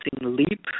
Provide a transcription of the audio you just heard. leap